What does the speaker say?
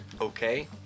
okay